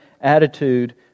attitude